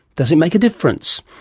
does it make a difference?